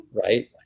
right